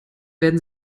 werden